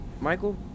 Michael